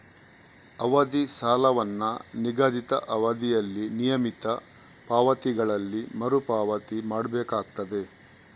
ಅವಧಿ ಸಾಲವನ್ನ ನಿಗದಿತ ಅವಧಿಯಲ್ಲಿ ನಿಯಮಿತ ಪಾವತಿಗಳಲ್ಲಿ ಮರು ಪಾವತಿ ಮಾಡ್ಬೇಕಾಗ್ತದೆ